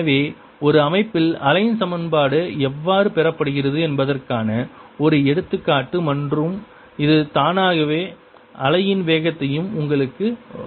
எனவே ஒரு அமைப்பில் அலை சமன்பாடு எவ்வாறு பெறப்படுகிறது என்பதற்கான ஒரு எடுத்துக்காட்டு மற்றும் இது தானாகவே அலையின் வேகத்தையும் உங்களுக்கு வழங்குகிறது